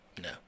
No